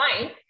fine